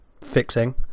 fixing